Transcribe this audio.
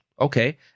Okay